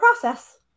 process